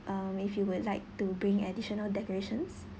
um if you would like to bring additional decorations